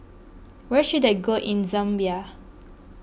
where should I go in Zambia